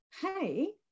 hey